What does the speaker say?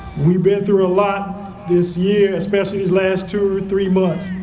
we've been through a lot this year, especially these last two, three months.